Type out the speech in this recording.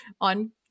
on